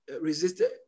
Resisted